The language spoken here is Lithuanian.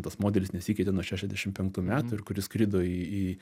tas modelis nesikeitė nuo šešiasdešim penktų metų ir kuris skrido į